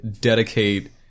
dedicate